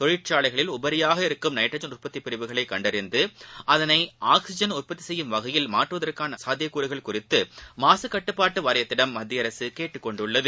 தொழிற்சாலைகளில் இருக்கும் நைட்ரஜன் உற்பத்திபிரிவுகளைகண்டறிந்துஅதனைஆக்சிஜன் உற்பத்திசெய்யும் வகையில் மாற்றுவதற்கானசாத்தியகூறுகள் குறித்துமாசுகட்டுப்பாட்டுவாரியத்திடம் மத்திய அரசுகேட்டுக்கொண்டுள்ளது